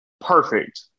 perfect